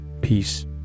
peace